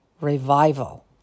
revival